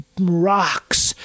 rocks